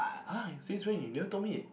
!huh! since when you never told me